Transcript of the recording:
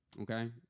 Okay